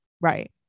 Right